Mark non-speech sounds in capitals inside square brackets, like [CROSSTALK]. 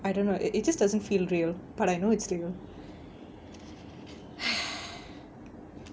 I don't know it it just doesn't feel real but I know it's real [BREATH]